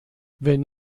wenn